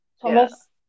Thomas